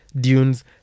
dunes